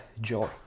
joy